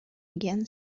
again